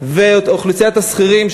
ולאוכלוסיית השכירים,